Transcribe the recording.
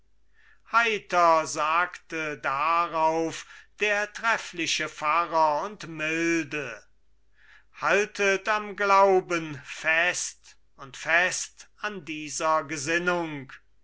heiter sagte darauf der treffliche pfarrer und milde haltet am glauben fest und fest an dieser gesinnung